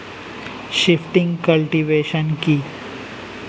Shifting cultivation কি?